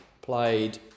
played